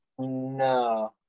No